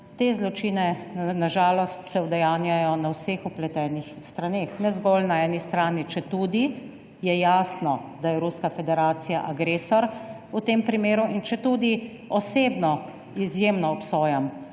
ti zločini na žalost udejanjajo na vseh vpletenih straneh, ne zgolj na eni strani. Četudi je jasno, da je Ruska federacija agresor v tem primeru, in četudi osebno izjemno obsojam